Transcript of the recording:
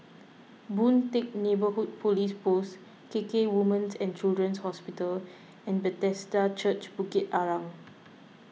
Boon Teck Neighbourhood Police Post KK Women's and Children's Hospital and Bethesda Church Bukit Arang